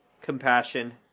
compassion